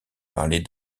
parler